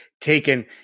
taken